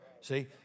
See